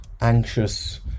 anxious